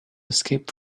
escape